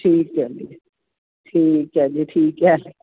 ਠੀਕ ਹੈ ਜੀ ਠੀਕ ਹੈ ਜੀ ਠੀਕ ਹੈ